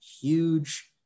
huge